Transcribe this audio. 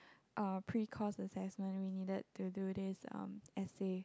uh pre course assessment we needed to do this um essay